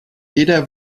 jeder